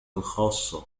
الخاصة